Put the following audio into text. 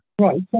Right